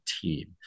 team